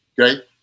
Okay